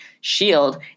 shield